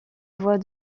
voix